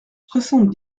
soixante